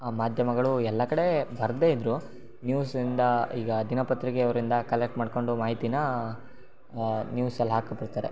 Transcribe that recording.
ಆ ಮಾಧ್ಯಮಗಳು ಎಲ್ಲ ಕಡೆ ಬರದೇ ಇದ್ದರು ನ್ಯೂಸಿಂದ ಈಗ ದಿನಪತ್ರಿಕೆ ಅವರಿಂದ ಕಲೆಕ್ಟ್ ಮಾಡಿಕೊಂಡು ಮಾಹಿತಿನ ನ್ಯೂಸಲ್ಲಿ ಹಾಕಿಬಿಡ್ತಾರೆ